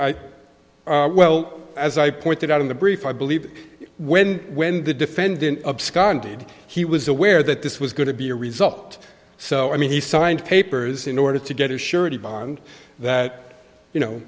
ok well as i pointed out in the brief i believe when when the defendant absconded he was aware that this was going to be a result so i mean he signed papers in order to get his surety bond that you know